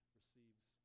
receives